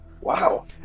Wow